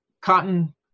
cotton